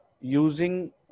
using